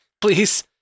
please